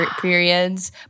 periods